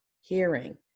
hearing